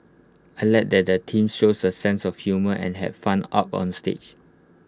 I Like that the teams shows A sense of humour and had fun up on stage